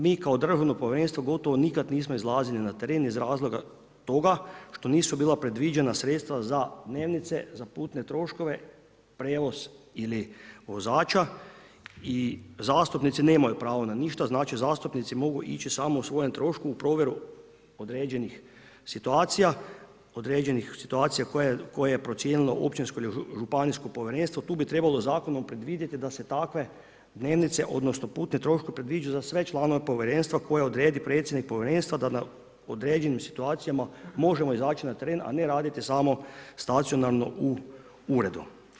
Mi kao državno povjerenstvo gotovo nikad nismo izlazili na teren iz razloga toga što nisu bila predviđena sredstva za dnevnice, za putne troškove, prijevoz ili vozača i zastupnici nemaju pravo na ništa, znači zastupnici mogu ići samo po svojem trošku u provjeru određenih situacija, određenih situacija koje je procijenilo općinsko ili županijsko povjerenstvo, tu bi trebalo zakonom predvidjeti da se takve dnevnice odnosno putni troškovi predviđeni za sve članovi povjerenstva koje odredi predsjednik povjerenstva da u određenim situacijama možemo izaći na teren a ne raditi samo stacionarno u uredu.